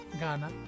Ghana